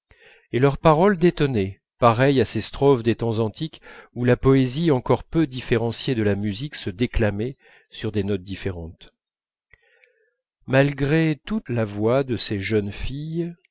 et leurs paroles détonnaient pareilles à ces strophes des temps antiques où la poésie encore peu différenciée de la musique se déclamait sur des notes différentes malgré tout la voix de ces jeunes filles